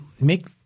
make